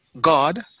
God